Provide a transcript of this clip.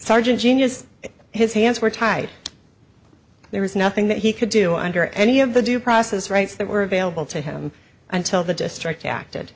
sergeant genius his hands were tied there was nothing that he could do under any of the due process rights that were available to him until the district